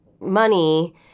money